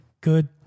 good